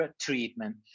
treatment